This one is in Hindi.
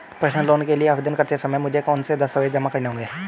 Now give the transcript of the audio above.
पर्सनल लोन के लिए आवेदन करते समय मुझे कौन से दस्तावेज़ जमा करने होंगे?